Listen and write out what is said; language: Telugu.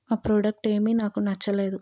ఆ ప్రోడక్ట్ ఏమీ నాకు నచ్చలేదు